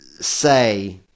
say